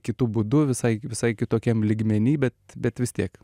kitu būdu visai visai kitokiam lygmeny bet bet vis tiek